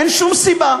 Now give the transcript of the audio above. אין שום סיבה,